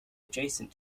adjacent